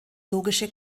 logische